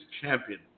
Champion